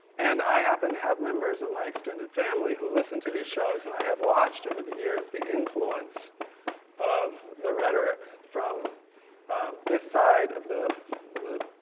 and i happen to have members of my extended family who listen to these shows and i have watched over the years the influence of the rhetoric from this side of the the